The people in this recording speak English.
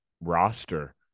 roster